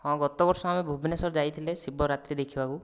ହଁ ଗତବର୍ଷ ଆମେ ଭୁବନେଶ୍ୱର ଯାଇଥିଲେ ଶିବରାତ୍ରି ଦେଖିବାକୁ